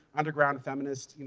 underground, feminist, you know